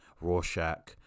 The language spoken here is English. Rorschach